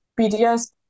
BDS